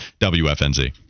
WFNZ